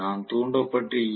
நான் தூண்டப்பட்ட ஈ